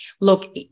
Look